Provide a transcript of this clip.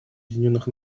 объединенных